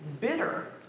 bitter